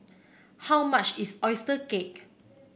how much is oyster cake